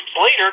later